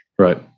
Right